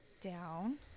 down